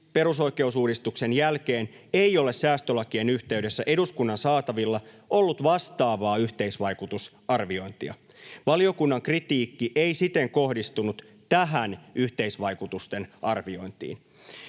perusoikeusuudistuksen jälkeen ei ole säästölakien yhteydessä eduskunnan saatavilla ollut vastaavaa yhteisvaikutusarviointia. Valiokunnan kritiikki ei siten kohdistunut tähän yhteisvaikutusten arviointiin.